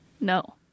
No